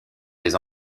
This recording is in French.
des